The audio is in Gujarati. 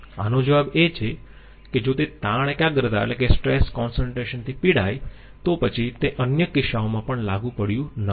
આનો જવાબ એ છે કે જો તે તાણ એકાગ્રતા થી પીડાય તો પછી તે અન્ય કિસ્સાઓમાં પણ લાગુ પડ્યું ન હોત